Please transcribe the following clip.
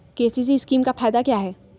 KCC scheme का फायदा क्या है?